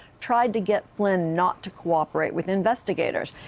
tried to get flynn not to cooperate with investigators.